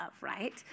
right